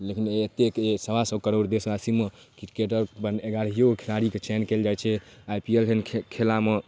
लेकिन ओ एतेक एतेक सवा सओ करोड़ देशवासीमे किरकेटर बनि एगारहे खेलाड़ीके चयन कएल जाइ छै आइ पी एल तहन खेलाइमे